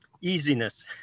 EASINESS